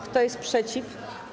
Kto jest przeciw?